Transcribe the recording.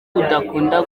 udakunda